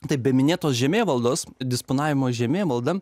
taip be minėtos žemėvaldos disponavimo žeme malda